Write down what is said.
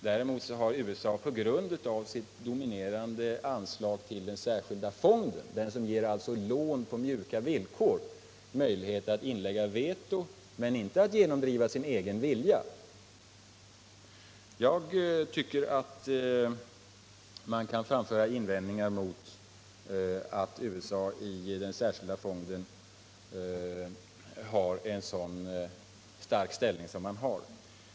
Däremot har USA på grund av sina dominerande anslag till den särskilda fonden — alltså den fond som ger lån på mjuka villkor — möjligheter att inlägga veto. Men USA kan inte genomdriva sin egen vilja! Jag tycker att man kan resa invändningar mot att USA i den särskilda fonden har så stark ställning som fallet är.